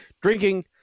drinking